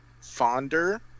fonder